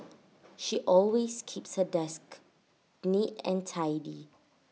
she always keeps her desk neat and tidy